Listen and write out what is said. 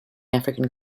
african